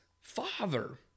father